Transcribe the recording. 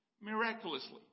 Miraculously